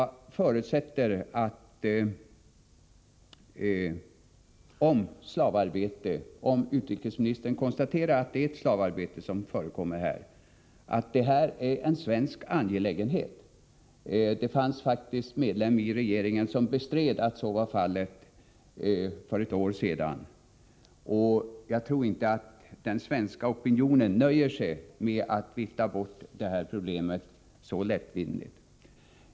Om utrikesministern konstaterar att slavarbete förekommer i samband med ett svenskt u-landsprojekt, förutsätter jag att det är en svensk angelägenhet. Det fanns faktiskt någon medlem av regeringen som bestred att så var fallet för ett år sedan. Jag tror inte att den svenska opinionen nöjer sig med att vifta bort detta problem så lättvindigt.